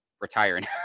retiring